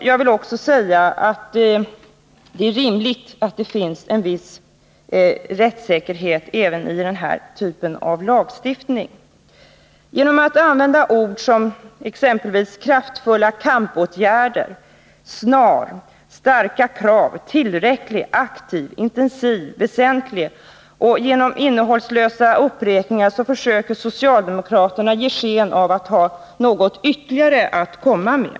Jag vill också säga att det är rimligt att det finns en viss rättssäkerhet även beträffande den här typen av lagstiftning. Genom att använda ord som kraftfulla kampåtgärder, snar, starka krav, tillräcklig, aktiv, intensiv, väsentlig osv. och genom innehållslösa uppräkningar försöker socialdemokraterna ge sken av att ha något ytterligare att komma med.